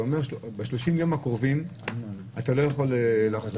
אתה אומר לו שב-30 הימים הקרובים הוא לא יכול לחזור,